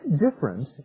different